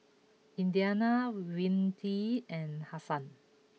Indiana Whitney and Hasan